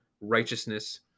righteousness